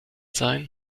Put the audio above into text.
sein